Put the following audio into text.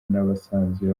n’abasanzwe